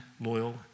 loyal